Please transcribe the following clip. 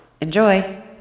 Enjoy